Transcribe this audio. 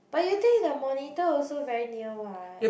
but you think the monitor also very near what